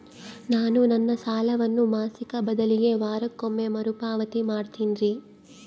ನಾನು ನನ್ನ ಸಾಲವನ್ನು ಮಾಸಿಕ ಬದಲಿಗೆ ವಾರಕ್ಕೊಮ್ಮೆ ಮರುಪಾವತಿ ಮಾಡ್ತಿನ್ರಿ